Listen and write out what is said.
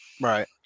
Right